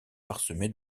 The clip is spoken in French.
parsemé